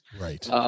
Right